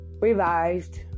revised